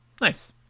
Nice